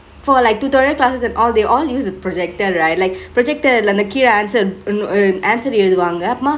for like tutorial classes and all they all use the projector right like projector ல இருந்து கீழ:le irunthu kezha answer um answer எழுதுவாங்க அப்ரோமா:ezhuthuvangkge apromaa